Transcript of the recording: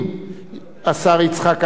השר יצחק אהרונוביץ,